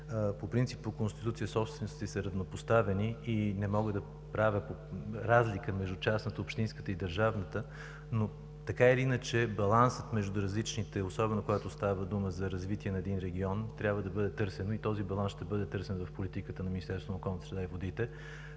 Напълно разбирам, равнопоставени са и не мога да правя разлика между частната, общинската и държавната, но, така или иначе, балансът между различните, особено когато става дума за развитие на един регион, трябва да бъде търсен и този баланс ще бъде търсен в политиката на Министерство на околната среда и водите.